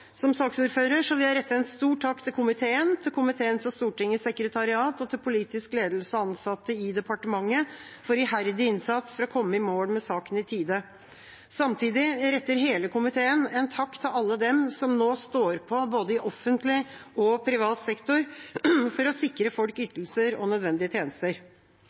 Som saksordfører vil jeg rette en stor takk til komiteen, til komiteens og Stortingets sekretariat og til politisk ledelse og ansatte i departementet for iherdig innsats for å komme i mål med saken i tide. Samtidig retter hele komiteen en takk til alle dem som nå står på, både i offentlig og i privat sektor, for å sikre folk ytelser og nødvendige tjenester.